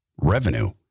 revenue